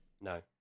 No